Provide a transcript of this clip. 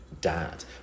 dad